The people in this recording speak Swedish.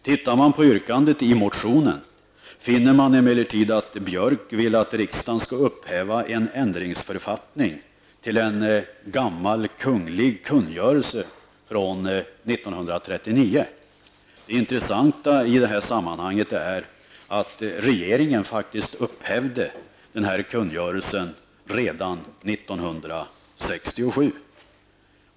Tittar man på yrkandet i motionen, finner man emellertid att Björck vill att riksdagen skall upphäva en ändringsförfattning till en gammal kunglig kungörelse från 1939. Det intressanta i sammanhanget är att regeringen upphävde denna kungörelse redan 1967.